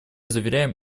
заверяем